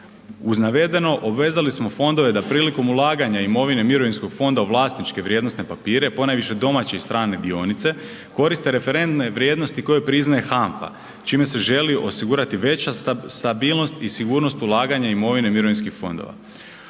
Uz navedeno obvezali smo fondove da prilikom ulaganje imovine mirovinskog fonda u vlasničke vrijednosne papire ponajviše domaće i strane dionice koriste referentne vrijednosti koje priznaje HANFA čime se želi osigurati veća stabilnost i sigurnost ulaganja imovine mirovinskih fondova.